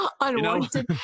Unwanted